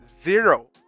zero